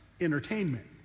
entertainment